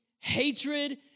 hatred